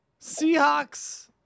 Seahawks